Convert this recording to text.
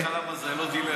אני אגיד לך למה זו לא דילמה.